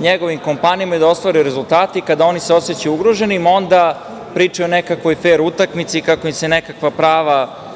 njegovim kompanijama i da ostvaruju rezultate i kada se oni osećaju ugroženim, onda pričaju o nekakvoj fer utakmici, kako im se nekakva prava